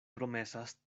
promesas